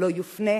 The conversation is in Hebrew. לא יופנה